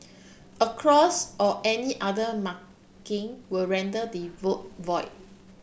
a cross or any other marking will render the vote void